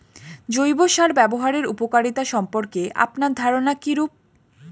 জৈব সার ব্যাবহারের উপকারিতা সম্পর্কে আপনার ধারনা কীরূপ?